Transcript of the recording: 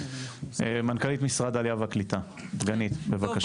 דגנית, מנכ"לית משרד העלייה והקליטה, בבקשה.